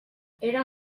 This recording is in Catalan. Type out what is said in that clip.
era